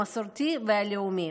המסורתי והלאומי".